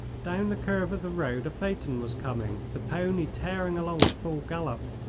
down the curve of the road a phaeton was coming, the pony tearing along at full gallop.